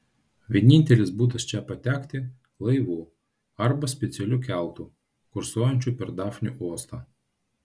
vienintelis būdas čia patekti laivu arba specialiu keltu kursuojančiu per dafnių uostą